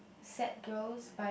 sad girls by